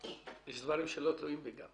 יש גם דברים שלא תלויים בי.